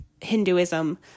Hinduism